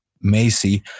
Macy